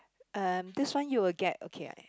um this one you will get okay ah